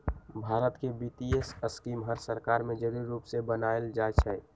भारत के वित्तीय स्कीम हर सरकार में जरूरी रूप से बनाएल जाई छई